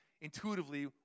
intuitively